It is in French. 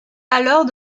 alors